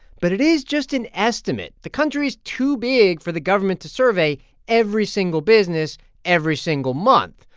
but it is just an estimate. the country's too big for the government to survey every single business every single month.